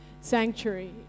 Sanctuary